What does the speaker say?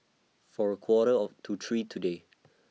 For A Quarter of to three today